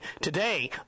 Today